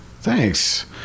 Thanks